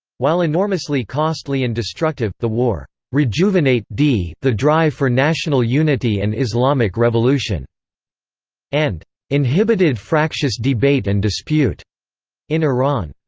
while enormously costly and destructive, the war rejuvenate d the drive for national unity and islamic revolution and inhibited fractious debate and dispute in iran.